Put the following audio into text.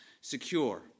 secure